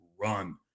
Run